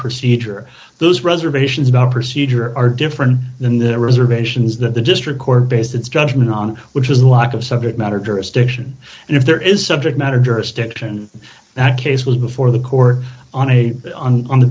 procedure those reservations about procedure are different than the reservations that the district court base its judgment on which is the lack of subject matter jurisdiction and if there is subject matter jurisdiction now the case was before the court on a on